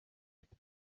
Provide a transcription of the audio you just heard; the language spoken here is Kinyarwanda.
gihugu